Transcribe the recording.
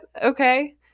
Okay